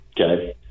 Okay